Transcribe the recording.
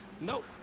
Nope